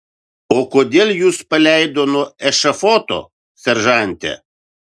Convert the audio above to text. o kodėl jus paleido nuo ešafoto seržante